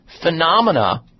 phenomena